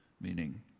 meaning